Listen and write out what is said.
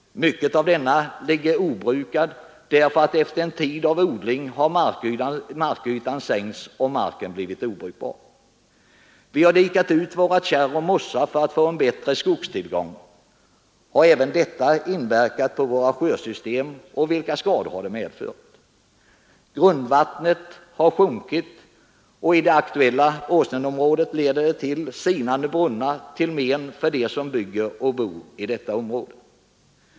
Mycket av denna ligger nu obrukad därför att efter en tid av odling har markytan sänkts och marken blivit obrukbar. Vi har dikat ut våra kärr och mossar för att få en bättre skogstillgång. Har detta även inverkat på våra sjösystem, och vilka skador har det medfört? Grundvattnet har sjunkit, och i det aktuella Åsnenområdet leder det till sinande brunnar till men för dem som bygger och bor i detta område.